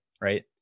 right